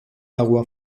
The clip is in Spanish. agua